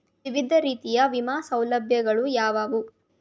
ವಿವಿಧ ರೀತಿಯ ವಿಮಾ ಸೌಲಭ್ಯಗಳು ಯಾವುವು?